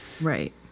Right